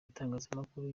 itangazamakuru